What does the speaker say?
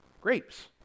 grapes